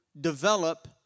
develop